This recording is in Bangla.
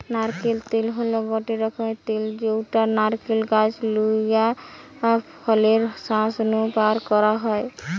নারকেল তেল হল গটে রকমের তেল যউটা নারকেল গাছ নু লিয়া ফলের শাঁস নু বারকরা হয়